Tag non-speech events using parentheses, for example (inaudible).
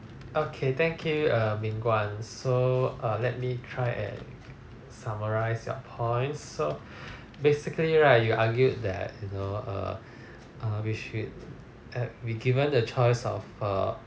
okay thank you err ming-guan so err let me try and summarise your points so (breath) basically right you argued that you know err err we should at we given the choice of err